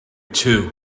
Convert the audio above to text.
too